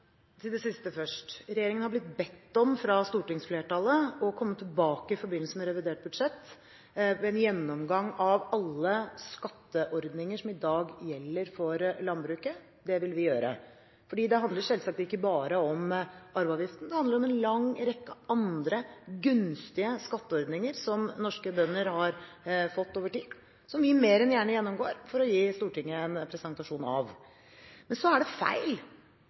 Til det siste først: Regjeringen er av stortingsflertallet blitt bedt om å komme tilbake, i forbindelse med revidert budsjett, med en gjennomgang av alle skatteordninger som i dag gjelder for landbruket. Det vil vi gjøre. Dette handler selvsagt ikke bare om arveavgiften, det handler om en lang rekke andre gunstige skatteordninger som norske bønder har fått over tid, og som vi mer enn gjerne gjennomgår for å gi Stortinget en presentasjon av. Men det er feil når Senterpartiet gang på gang påstår at regjeringen skyver det